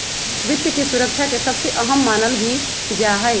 वित्त के सुरक्षा के सबसे अहम मानल भी जा हई